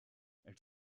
elle